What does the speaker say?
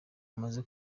bumaze